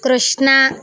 Krishna